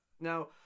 Now